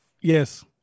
Yes